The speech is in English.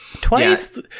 Twice